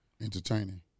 entertaining